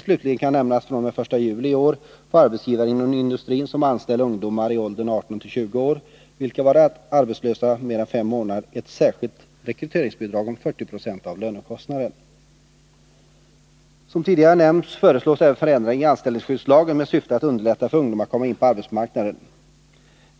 Slutligen kan nämnas att fr.o.m. den 1 juli 1981 får arbetsgivare inom industrin som anställer ungdomar i åldrarna 18-20 år, vilka varit arbetslösa mer än fem månader, ett särskilt rekryteringsbidrag om 40 96 av lönekostnaden. Som tidigare nämnts föreslås även förändringar i anställningsskyddslagen med syfte att underlätta för ungdomar att komma in på arbetsmarknaden.